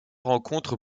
rencontre